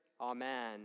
amen